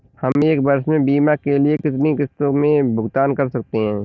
हम एक वर्ष में बीमा के लिए कितनी किश्तों में भुगतान कर सकते हैं?